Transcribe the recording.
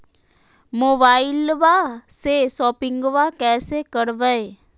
मोबाइलबा से शोपिंग्बा कैसे करबै?